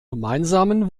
gemeinsamen